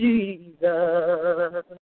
Jesus